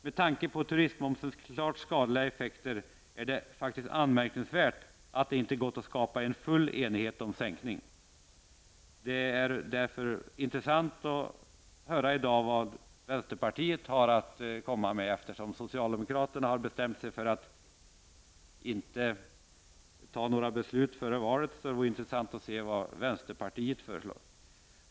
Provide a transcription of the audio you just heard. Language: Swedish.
Med tanke på turistmomsens klart skadliga effekt är det faktiskt anmärkningsvärt att det inte gått att skapa full enighet om en sänkning. Det skall därför bli intressant att höra vad vänsterpartiet har att föreslå i dag, eftersom socialdemokraterna har bestämt sig för att inte fatta några beslut före valet.